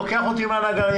לוקח אותי מהנגרייה,